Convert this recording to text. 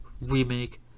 remake